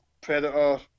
Predator